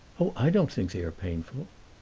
oh, i don't think they are painful.